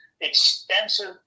extensive